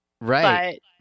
Right